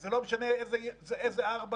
זה לא משנה איזה 4 זה,